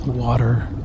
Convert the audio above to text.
water